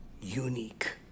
Unique